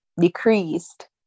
decreased